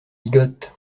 bigote